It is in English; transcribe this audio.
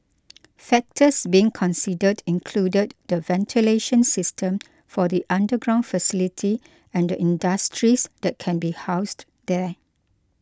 factors being considered included the ventilation system for the underground facility and the industries that can be housed there